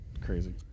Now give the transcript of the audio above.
Crazy